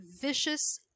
vicious